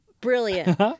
Brilliant